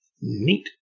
Neat